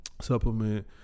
supplement